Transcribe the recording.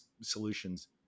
solutions